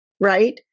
right